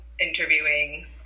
interviewing